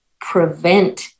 prevent